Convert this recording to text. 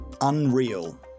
Unreal